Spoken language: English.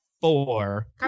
four